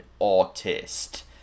artist